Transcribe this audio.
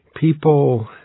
people